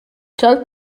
cha’l